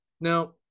now